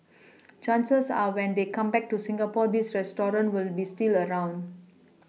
chances are when they come back to Singapore these restaurants will be still around